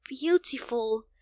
beautiful